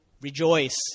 rejoice